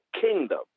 kingdom